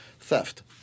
theft